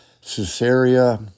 Caesarea